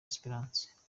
esperance